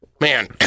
man